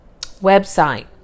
website